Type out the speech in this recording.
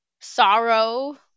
sorrow